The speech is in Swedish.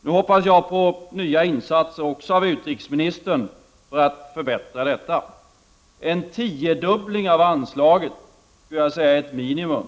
Nu hoppas jag på nya insatser, också av utrikesministern, för att förbättra detta. En tiodubbling av anslaget är ett minimum.